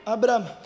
Abraham